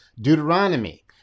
Deuteronomy